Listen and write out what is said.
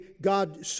God